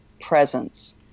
Presence